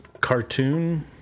cartoon